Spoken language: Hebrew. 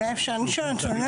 אולי אפשר לשאול אותו.